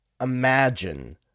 imagine